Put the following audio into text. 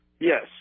Yes